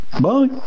Bye